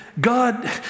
God